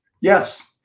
Yes